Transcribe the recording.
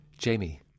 Jamie